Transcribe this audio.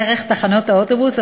דרך תחנות האוטובוס,